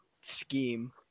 scheme